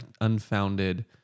unfounded